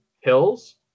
hills